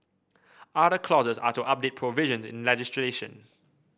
other clauses are to update provisions in legislation